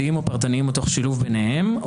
שילוב ביניהם,